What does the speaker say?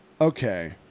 Okay